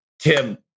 Tim